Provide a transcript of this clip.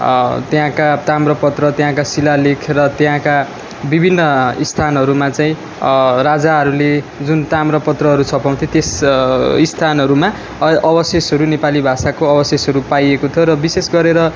त्यहाँका ताम्रपत्र त्यहाँका शिलालेख र त्यहाँका विभिन्न स्थानहरूमा चाहिँ राजाहरूले जुन ताम्रपत्रहरू छपाउँथ्यो त्यस स्थानहरूमा अ अवशेषहरू नेपाली भाषाको अवशेषहरू पाइएको थियो र विशेष गरेर